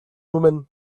women